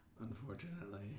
Unfortunately